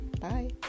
bye